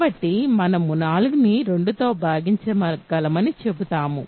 కాబట్టి మనము 4 ని 2తో భాగించగలమని చెబుతాము